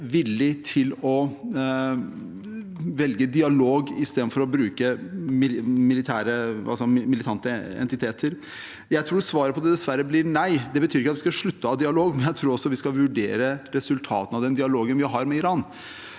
mer villig til å velge dialog istedenfor å bruke militante enheter? Jeg tror svaret på det dessverre er nei. Det betyr ikke at vi skal slutte å ha dialog, men jeg tror vi også skal vurdere resultatene av den dialogen vi har med Iran,